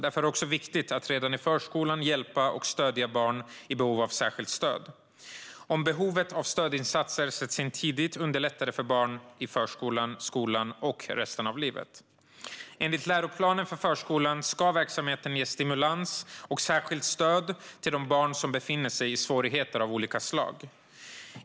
Därför är det också viktigt att redan i förskolan hjälpa och stödja barn som är i behov av särskilt stöd. Om stödinsatser sätts in tidigt underlättar det för dessa barn i förskolan, skolan och resten av livet. Enligt läroplanen för förskolan ska verksamheten ge stimulans och särskilt stöd till de barn som befinner sig i svårigheter av olika slag.